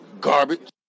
Garbage